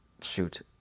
Shoot